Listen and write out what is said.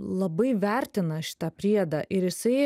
labai vertina šitą priedą ir jisai